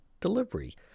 delivery